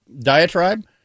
diatribe